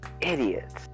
idiots